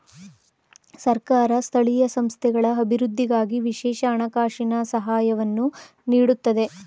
ಸರ್ಕಾರ ಸ್ಥಳೀಯ ಸಂಸ್ಥೆಗಳ ಅಭಿವೃದ್ಧಿಗಾಗಿ ವಿಶೇಷ ಹಣಕಾಸಿನ ಸಹಾಯವನ್ನು ನೀಡುತ್ತದೆ